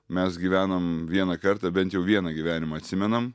mes gyvenam vieną kartą bent jau vieną gyvenimą atsimenam